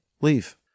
leave